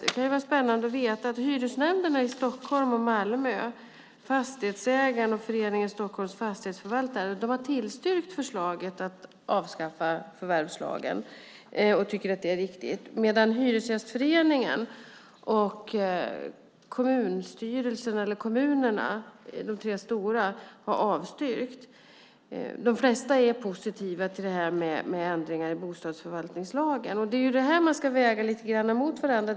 Det kan vara spännande att veta att hyresnämnderna i Stockholm och Malmö, Fastighetsägarna och Föreningen Stockholms fastighetsförvaltare har tillstyrkt förslaget om att avskaffa förvärvslagen. De tycker att det är riktigt. Hyresgästföreningen däremot och de tre stora kommunerna har avstyrkt förslaget. Men de flesta är positiva till ändringar i bostadsförvaltningslagen. De här sakerna ska lite grann vägas mot varandra.